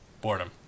Boredom